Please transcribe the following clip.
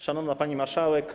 Szanowna Pani Marszałek!